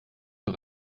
für